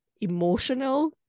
emotional